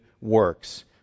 works